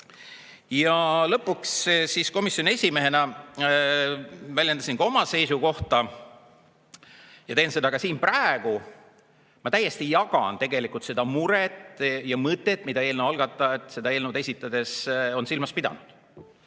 Ja lõpuks ma komisjoni esimehena väljendasin oma seisukohta ja teen seda ka siin praegu. Ma täiesti jagan seda muret ja mõtet, mida eelnõu algatajad seda eelnõu esitades on silmas pidanud.